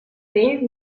vell